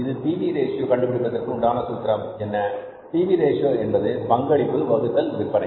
இப்போது P V ratio கண்டுபிடிப்பதற்கு உண்டான சூத்திரம் என்ன பி வி ரேஷியோ என்பது பங்களிப்பு வகுத்தல் விற்பனை